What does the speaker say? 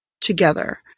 together